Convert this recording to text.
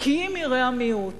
"כי אם יראה המיעוט